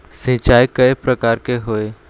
सिचाई कय प्रकार के होये?